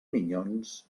minyons